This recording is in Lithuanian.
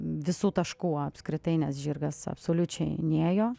visų taškų apskritai nes žirgas absoliučiai nėjo